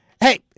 Hey